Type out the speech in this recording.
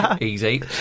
Easy